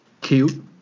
Cute